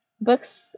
books